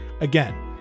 Again